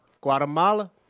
Guatemala